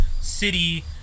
city